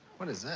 what is that?